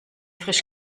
frisch